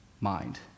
mind